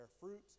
fruit